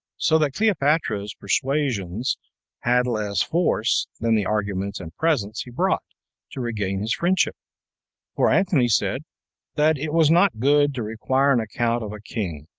so that cleopatra's persuasions had less force than the arguments and presents he brought to regain his friendship for antony said that it was not good to require an account of a king,